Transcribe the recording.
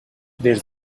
des